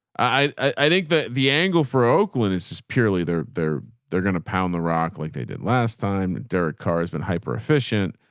i think that the angle for oakland is just purely they're they're they're gonna pound the rock like they did last time. and derek carr has been hyper efficient.